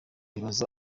bibaza